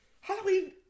Halloween